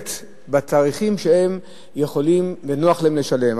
לנווט בתאריכים שהן יכולות ונוח להן לשלם.